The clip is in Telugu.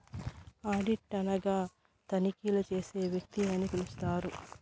ఆడిట్ అనగా తనిఖీలు చేసే వ్యక్తి అని పిలుత్తారు